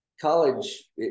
college